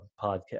podcast